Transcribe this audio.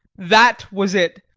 that was it!